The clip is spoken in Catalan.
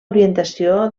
orientació